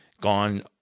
gone